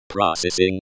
Processing